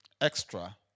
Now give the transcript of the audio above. Extra